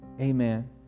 amen